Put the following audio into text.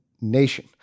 nation